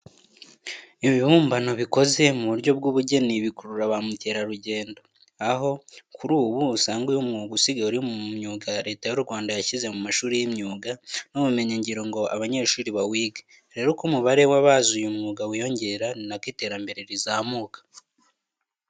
Ibibumbano bikoze mu buryo bw'ubugeni bikurura ba mukerarugendo. Aho kuri ubu, usanga uyu mwuga usigaye uri mu myuga Leta y'u Rwanda yashyize mu mashuri y'imyuga n'ubumenyingiro ngo abanyeshuri bawige. Rero uko umubare w'abazi uyu mwuga wiyongera ni na ko iterambere rizamuka.